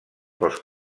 pels